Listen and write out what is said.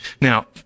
Now